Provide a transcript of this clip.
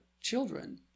children